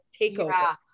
takeover